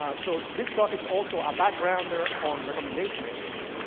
so this talk, it's also a backgrounder on recommendation engines.